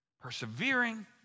persevering